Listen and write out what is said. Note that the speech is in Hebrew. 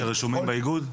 שרשומים באיגוד?